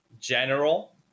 general